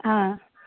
ആ